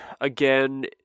again